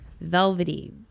velvety